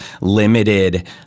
limited